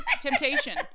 Temptation